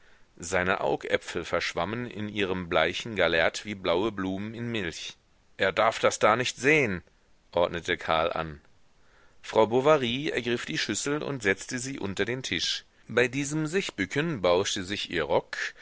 seine augäpfel verschwammen in ihrem bleichen gallert wie blaue blumen in milch er darf das da nicht sehen ordnete karl an frau bovary ergriff die schüssel und setzte sie unter den tisch bei diesem sichbücken bauschte sich ihr rock